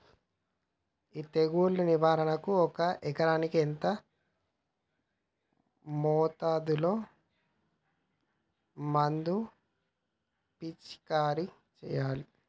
ఈ తెగులు నివారణకు ఒక ఎకరానికి ఎంత మోతాదులో మందు పిచికారీ చెయ్యాలే?